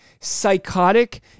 psychotic